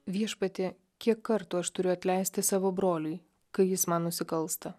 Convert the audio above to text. viešpatie kiek kartų aš turiu atleisti savo broliui kai jis man nusikalsta